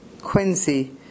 Quincy